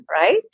Right